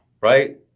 right